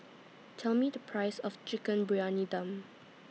Tell Me The Price of Chicken Briyani Dum